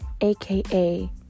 aka